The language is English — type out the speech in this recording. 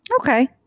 Okay